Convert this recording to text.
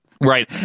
Right